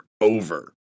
over